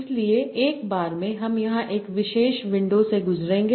इसलिए एक बार में हम यहां एक विशेष विंडो से गुजरेंगे